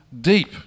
deep